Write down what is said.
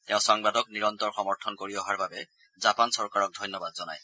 তেওঁ সংবাদক নিৰন্তৰ সমৰ্থন কৰি অহাৰ বাবে জাপান চৰকাৰক ধন্যবাদ জনায়